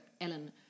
Ellen